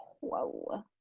Whoa